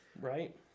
Right